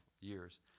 years